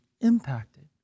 impacted